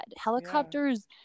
Helicopters